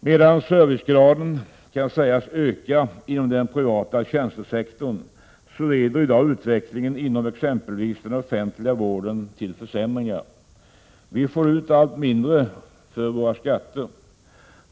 Medan servicegraden kan sägas öka inom den privata tjänstesektorn, så leder i dag utvecklingen inom exempelvis den offentliga vården till försämringar. Vi får ut allt mindre för våra skatter.